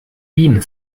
wien